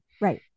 Right